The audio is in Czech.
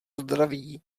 zdraví